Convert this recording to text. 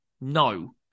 No